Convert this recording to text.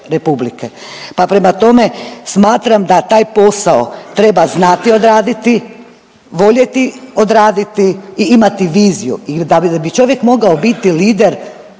Pa prema tome smatram da taj posao treba znati odraditi, voljeti odraditi i imati viziju i da bi čovjek morao biti lider